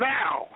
Now